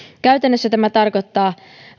käytännössä tämä tarkoittaa